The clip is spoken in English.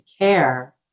care